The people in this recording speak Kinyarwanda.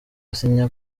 asinya